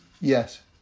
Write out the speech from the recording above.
Yes